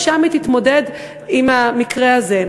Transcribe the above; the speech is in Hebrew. ושם היא תתמודד עם המקרה הזה.